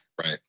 Right